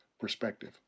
perspective